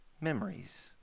memories